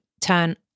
turn